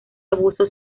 abuso